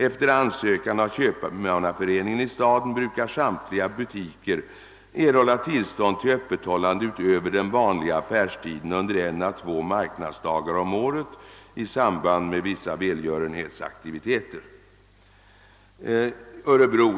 Efter ansökan från köpmanna föreningen i staden brukar samtliga butiker erhålla tillstånd till öppethållande utöver den vanliga affärstiden under en å två marknadsdagar om året i samband med vissa välgörenhetsaktiviteter.